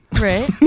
Right